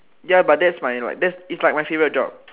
ya but that's my like that is like my favourite job